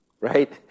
right